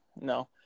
no